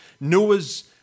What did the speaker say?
Noah's